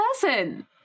person